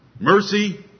mercy